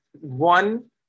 one